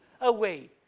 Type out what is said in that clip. away